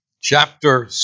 Chapter